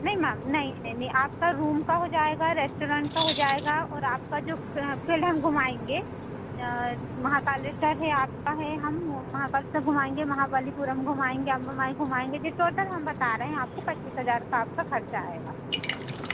नहीं मैम नहीं नहीं नहीं आपका रूम का हो जाएगा रेस्टोरेंट का हो जाएगा और आपका जो फील्ड हम घुमाएँगे महाकालेश्वर है आपका है हम महाकालेश्वर घुमाएँगे महाबलिपुरम घुमाएँगे अम्बा माई घुमाएँगे ये टोटल हम बता रहे हैं आपको पच्चीस हजार का आपका खर्चा आएगा जी